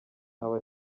aba